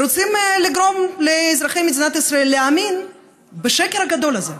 רוצים לגרום לאזרחי מדינת ישראל להאמין בשקר הגדול הזה,